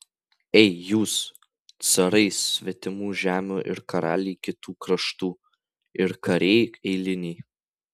ei jūs carai svetimų žemių ir karaliai kitų kraštų ir kariai eiliniai